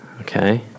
Okay